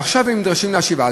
ועכשיו הם נדרשים להשיבה.